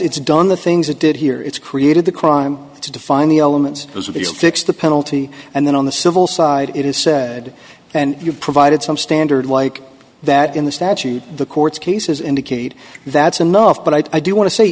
it's done the things it did here it's created the crime to define the elements as if it's fixed the penalty and then on the civil side it is said and you provided some standard like that in the statute the court's cases indicate that's enough but i do want to say